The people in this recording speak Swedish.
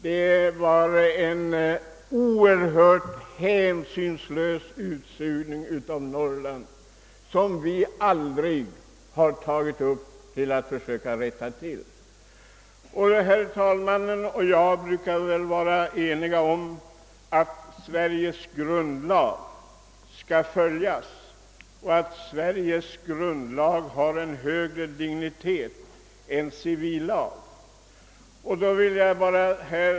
Det var en hänsynslös utsugning av Norrland, som vi sedan aldrig har försökt att rätta till. Vi är väl alla ense om att Sveriges grundlag skall följas och att den har högre dignitet än civil lag.